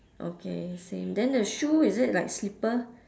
okay same then the shoe is it like slipper